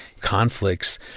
conflicts